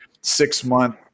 six-month